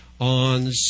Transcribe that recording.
on